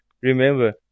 remember